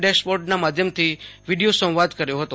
ડેશબોર્ડના માધ્યમથી વિડીયો સંવાદ કર્યો હતો